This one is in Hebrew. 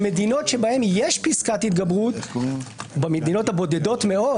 במדינות שבהן יש פסקת התגברות במדינות הבודדות מאוד